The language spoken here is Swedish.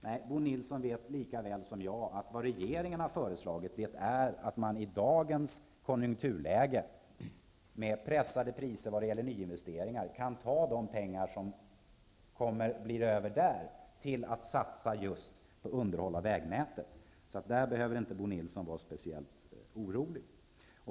Nej, Bo Nilsson vet lika väl som jag att det regeringen har föreslagit är att man i dagens konjunkturläge, med pressade priser vad gäller nyinvesteringar, kan ta de pengar som av den anledningen blir över till att satsa just på underhåll av vägnätet. Där behöver inte Bo Nilsson vara speciellt orolig.